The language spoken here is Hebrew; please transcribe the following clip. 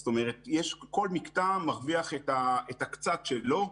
זאת אומרת כל מקטע מרוויח את הקצת שלו.